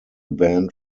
band